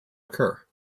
occur